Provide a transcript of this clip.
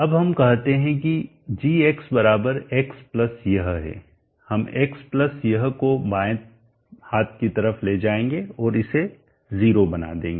अब हम कहते हैं कि g x प्लस यह है हम x प्लस यह को बाएं हाथ की तरफ ले जाएंगे जो इसे 0 बना देगा